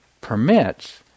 permits